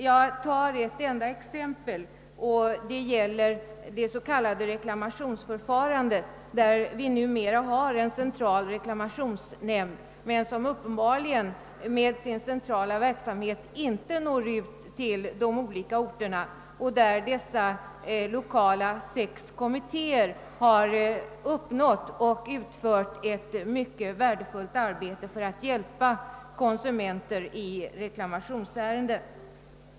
Jag vill ta upp ett enda exempel, nämligen det s.k. reklamationsförfarandet, för vilket det numera finns en central reklamationsnämnd, som emellertid uppenbarligen med sin centrala verksamhet inte når ut till de olika orterna. De sex lokala kommittéerna har här utfört ett mycket värdefullt arbete för att hjälpa konsumenter i reklamationsärenden.